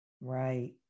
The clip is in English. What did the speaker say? Right